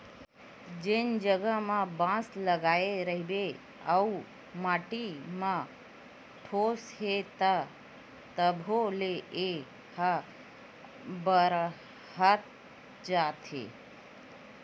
जेन जघा म बांस लगाए रहिबे अउ माटी म ठोस हे त तभो ले ए ह बाड़हत जाथे